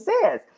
says